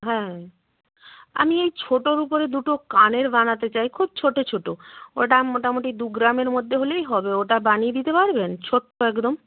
হ্যাঁ আমি এই ছোটোর উপরে দুটো কানের বানাতে চাই খুব ছোটো ছোটো ওটা মোটামুটি দু গ্রামের মধ্যে হলেই হবে ওটা বানিয়ে দিতে পারবেন ছোট্টো একদম